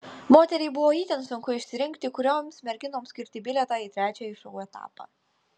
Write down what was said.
moteriai buvo itin sunku išsirinkti kurioms merginoms skirti bilietą į trečiąjį šou etapą